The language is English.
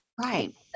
Right